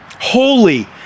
holy